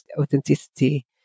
authenticity